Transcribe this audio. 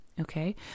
Okay